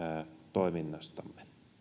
toiminnastamme